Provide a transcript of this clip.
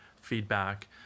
feedback